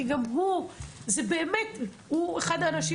כי באמת הוא אחד האנשים,